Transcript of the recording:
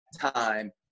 time